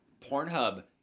Pornhub